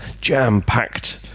jam-packed